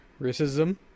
racism